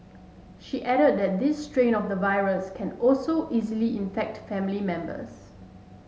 she added that this strain of the virus can also easily infect family members